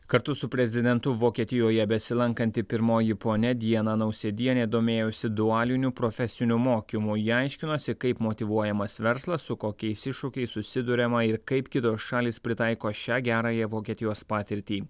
kartu su prezidentu vokietijoje besilankanti pirmoji ponia diana nausėdienė domėjosi dualiniu profesiniu mokymu ji aiškinosi kaip motyvuojamas verslas su kokiais iššūkiais susiduriama ir kaip kitos šalys pritaiko šią gerąją vokietijos patirtį